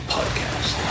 Podcast